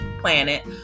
planet